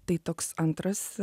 tai toks antras